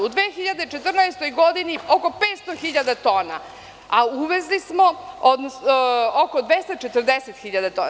U 2014. godini oko 500.000 tona, a uvezli smo oko 240.000 tona.